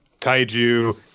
taiju